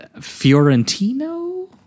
Fiorentino